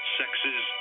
sexes